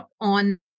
on